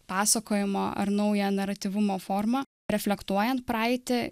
pasakojimo ar naują naratyvumo formą reflektuojant praeitį